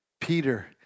Peter